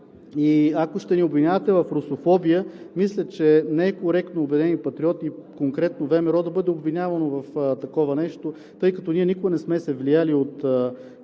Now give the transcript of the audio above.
И ако ще ни обвинявате в русофобия, мисля, че не е коректно „Обединени патриоти“, конкретно ВМРО, да бъде обвинявано в такова нещо, тъй като ние никога не сме се влияли от